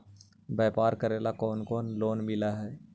व्यापार करेला कौन कौन लोन मिल हइ?